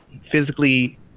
physically